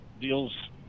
deals